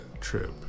trip